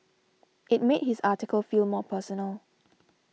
it made his article feel more personal